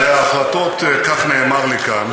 בהחלטות, כך נאמר לי כאן,